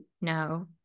No